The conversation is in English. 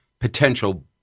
potential